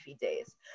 days